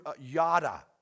yada